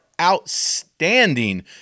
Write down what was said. outstanding